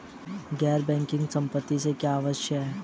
गैर बैंकिंग संपत्तियों से क्या आशय है?